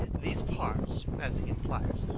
these parts, as he implies,